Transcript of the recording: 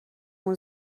اون